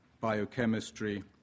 biochemistry